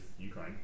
Ukraine